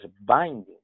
binding